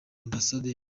amb